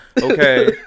okay